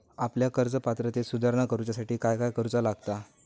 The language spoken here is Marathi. आपल्या कर्ज पात्रतेत सुधारणा करुच्यासाठी काय काय करूचा लागता?